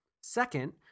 Second